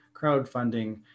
crowdfunding